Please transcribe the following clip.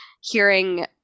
hearing